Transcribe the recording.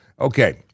Okay